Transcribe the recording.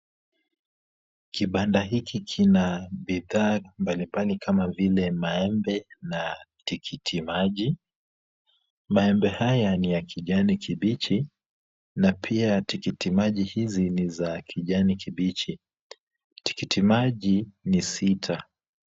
Kibanda hiki kina bidhaa mbalimbali kama vile maembe na tikiti maji, maembe haya ni ya kijani kibichi, na pia tikiti maji hizi ni za kijani kibichi, tikiti maji ni sita.